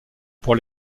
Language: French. pour